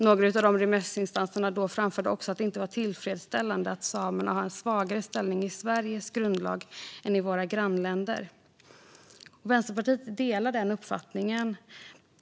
Några remissinstanser framförde också att det inte var tillfredsställande att samer har en svagare ställning i Sveriges grundlag än i våra grannländers. Vänsterpartiet delar den uppfattningen.